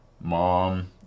mom